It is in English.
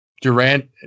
Durant